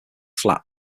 flat